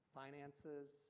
finances